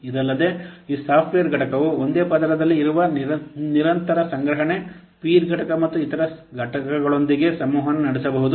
ಇದಲ್ಲದೆ ಈ ಸಾಫ್ಟ್ವೇರ್ ಘಟಕವು ಒಂದೇ ಪದರದಲ್ಲಿ ಇರುವ ನಿರಂತರ ಸಂಗ್ರಹಣೆ ಪೀರ್ ಘಟಕ ಮತ್ತು ಇತರ ಘಟಕಗಳೊಂದಿಗೆ ಸಂವಹನ ನಡೆಸಬಹುದು